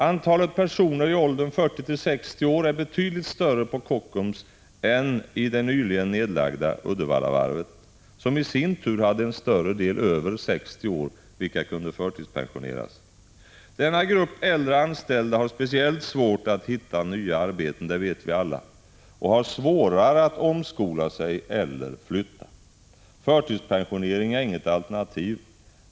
Antalet personer i åldern 40-60 år är betydligt större på Kockums än i det nyligen nedlagda Uddevallavarvet, som i sin tur hade en större andel över 60 år, vilka kunde förtidspensioneras. Denna grupp äldre anställda har speciellt svårt att hitta nya arbeten — det vet vi alla — och de har svårare att omskola sig eller flytta. Förtidspensionering är inget alternativ.